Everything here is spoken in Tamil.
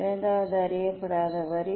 இரண்டாவது அறியப்படாத வரி